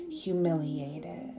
humiliated